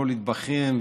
לא להתבכיין,